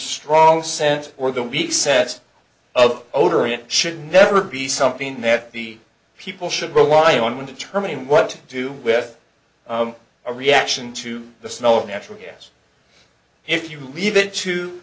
strong sense or the we set of odorant should never be something that the people should rely on when determining what to do with a reaction to the smell of natural gas if you leave it to